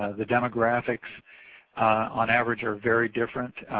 ah the demographics on average are very different.